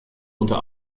unter